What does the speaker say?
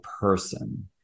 person